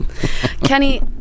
Kenny